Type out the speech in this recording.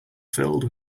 filled